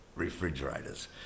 refrigerators